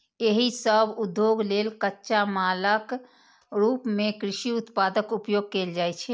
एहि सभ उद्योग लेल कच्चा मालक रूप मे कृषि उत्पादक उपयोग कैल जाइ छै